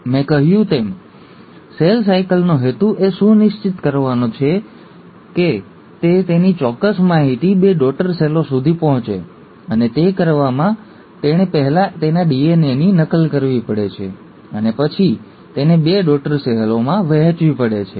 મેં તમને કહ્યું તેમ સેલ સાયકલનો હેતુ એ સુનિશ્ચિત કરવાનો છે કે તે તેની ચોક્કસ માહિતી બે ડૉટર સેલો સુધી પહોંચે અને તે કરવાની પ્રક્રિયામાં તેણે પહેલા તેના ડીએનએની નકલ કરવી પડે છે અને પછી તેને બે ડૉટર સેલોમાં વહેંચવી પડે છે તેણે તેના અંગોની નકલ કરવી અને તેને ડૉટર સેલોમાં વિતરિત કરવાની પણ જરૂર છે